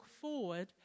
forward